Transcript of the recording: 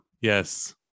Yes